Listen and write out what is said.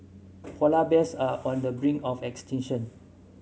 polar bears are on the brink of extinction